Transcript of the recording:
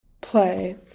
play